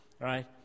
right